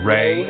Ray